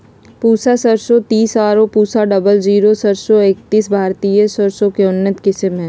पूसा सरसों तीस आरो पूसा डबल जीरो सरसों एकतीस भारतीय सरसों के उन्नत किस्म हय